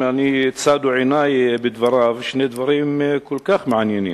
צדו את עיני בדבריו שני דברים כל כך מעניינים: